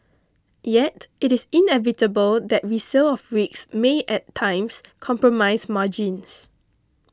yet it is inevitable that resale of rigs may at times compromise margins